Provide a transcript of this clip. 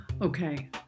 Okay